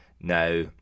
Now